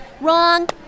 Wrong